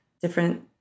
different